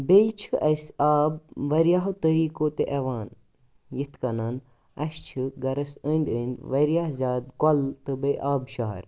بیٚیہِ چھِ اَسہِ آب واریاہو طٔریٖقو تہِ اِوان یِتھٕ کٔنۍ اَسہِ چھِ گَرَس أنٛدۍ أنٛدۍ واریاہ زیادٕ کۄلہٕ تہٕ بیٚیہِ آبہٕ شار